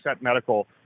Medical